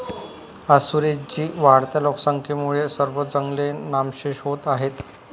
आज सुरेश जी, वाढत्या लोकसंख्येमुळे सर्व जंगले नामशेष होत आहेत